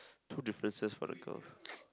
two differences for the girl